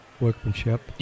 workmanship